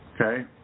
Okay